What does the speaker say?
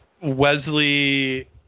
Wesley